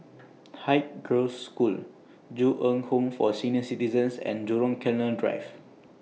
Haig Girls' School Ju Eng Home For Senior Citizens and Jurong Canal Drive